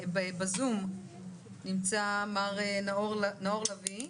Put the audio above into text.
בזום נמצא מר נאור לביא,